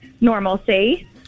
normalcy